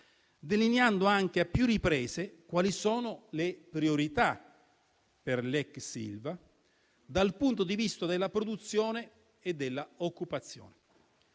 delineando anche a più riprese quali sono le priorità per l'ex Ilva dal punto di vista della produzione e dell'occupazione.